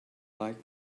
like